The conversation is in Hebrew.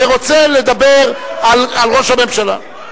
ורוצה לדבר על ראש הממשלה.